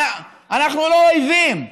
אנחנו לא אויבים.